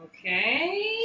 Okay